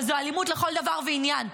אבל זו אלימות לכל דבר ועניין.